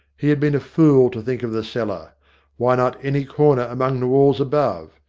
he had been a fool to think of the cellar why not any corner among the walls above?